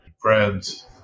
friends